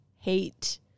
hate